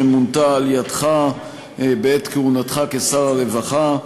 שמונתה על-ידך בעת כהונתך כשר הרווחה,